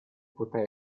poté